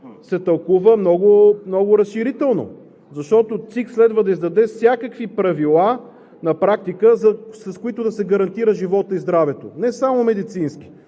се тълкува много разширително, защото ЦИК следва да издаде всякакви правила на практика, с които да се гарантира животът и здравето – не само медицински.